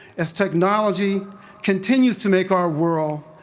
as technology continues to make our world,